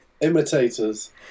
Imitators